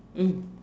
mm